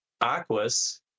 Aquas